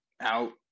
out